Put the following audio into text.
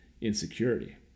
insecurity